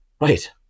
right